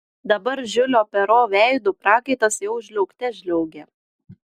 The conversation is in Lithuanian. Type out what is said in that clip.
dabar žiulio pero veidu prakaitas jau žliaugte žliaugė